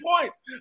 points